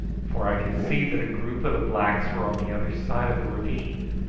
for i could see that a group of the blacks were on the other side of the ravine,